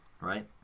right